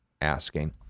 asking